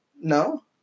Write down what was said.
No